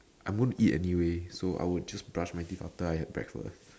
I won't eat anyway so I will just brush my teeth after I have breakfast